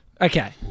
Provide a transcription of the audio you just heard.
okay